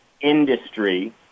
industry